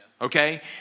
okay